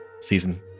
Season